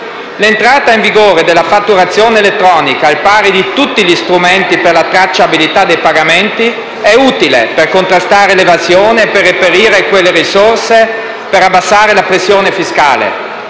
L'entrata in vigore della fatturazione elettronica, al pari di tutti gli strumenti per la tracciabilità dei pagamenti, è utile per contrastare l'evasione e per reperire risorse per abbassare la pressione fiscale.